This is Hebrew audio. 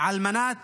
על מנת